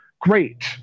great